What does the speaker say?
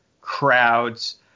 crowds